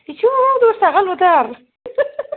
इसोर दस थाखाल'थार